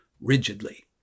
rigidly